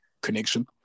connection